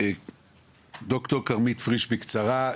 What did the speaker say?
ד"ר כרמית פריש בקצרה.